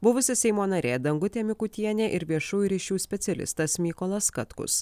buvusi seimo narė dangutė mikutienė ir viešųjų ryšių specialistas mykolas katkus